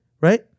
right